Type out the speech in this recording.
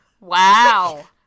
Wow